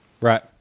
Right